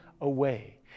away